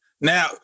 Now